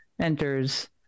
enters